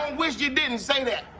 wish you didn't say that.